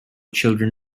children